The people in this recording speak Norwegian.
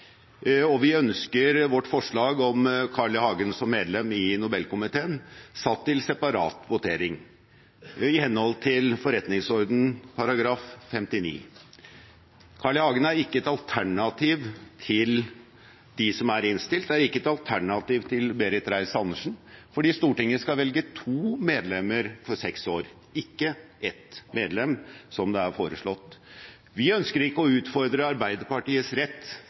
og vi ønsker vårt forslag om Carl I. Hagen som medlem av Nobelkomiteen satt til separat votering, i henhold til forretningsordenen § 59. Carl I. Hagen er ikke et alternativ til dem som er innstilt, og ikke et alternativ til Berit Reiss-Andersen, for Stortinget skal velge to medlemmer for seks år, ikke ett medlem, som det er foreslått. Vi ønsker ikke å utfordre Arbeiderpartiets rett